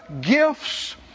gifts